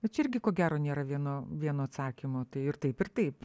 čia irgi ko gero nėra vieno vieno atsakymo tai ir taip ir taip